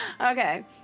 Okay